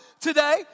today